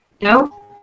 no